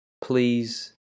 Please